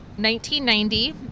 1990